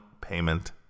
payment